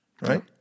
Right